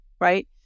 right